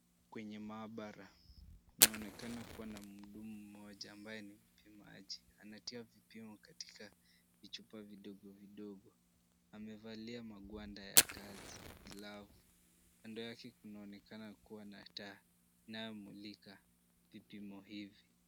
Kwenye maabara kunaonekana kuwa na mhudumu mmoja ambaye ni mpimaji. Anatia vipimo katika vichupa vidogo vidogo. Amevalia magwanda ya kazi glavu. Kando yake kunaonekana kuwa na taa inayomulika vipimo hivi.